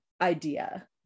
idea